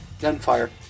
gunfire